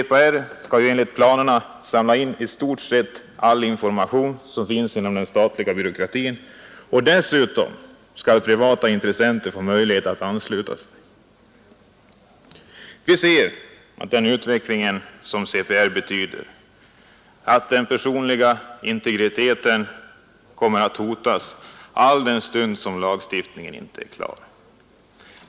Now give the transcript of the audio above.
CPR skall ju enligt planerna samla in i stort sett all information som finns inom den statliga byråkratin, och dessutom skall privata intressenter få möjlighet att ansluta sig. Vi ser i denna utveckling en fara för att den personliga integriteten kommer att hotas, alldenstund lagstiftningen inte är klar.